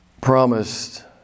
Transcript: promised